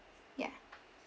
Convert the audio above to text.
yeah